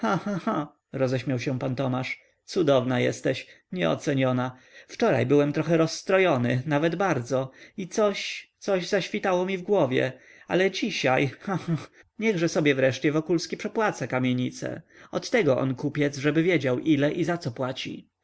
cha cha roześmiał się pan tomasz cudowna jesteś nieoceniona wczoraj byłem trochę rozstrojony nawet bardzo i coś coś zaświtało mi w głowie ale dzisiaj cha cha cha niechże sobie wreszcie wokulski przepłaca kamienice od tego on kupiec żeby wiedział ile i zaco płaci